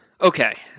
Okay